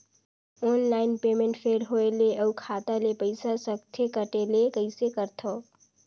Online payment fail होय ले अउ खाता ले पईसा सकथे कटे ले कइसे करथव?